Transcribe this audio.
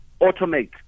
automate